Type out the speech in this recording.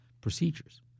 procedures